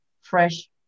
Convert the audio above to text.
fresh